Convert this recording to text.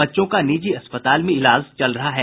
बच्चों का निजी अस्पताल में इलाज चल रहा है